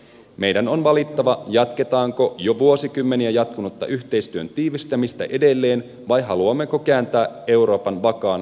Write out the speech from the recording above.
meidän on valittava jatketaanko jo vuosikymmeniä jatkunutta yhteistyön tiivistämistä edelleen vai haluammeko kääntää euroopan vakaan kuihtumisen tielle